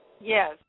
yes